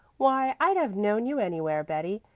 why, i'd have known you anywhere, betty,